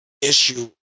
issue